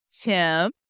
Tim